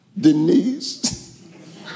Denise